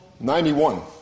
91